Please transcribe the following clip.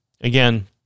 again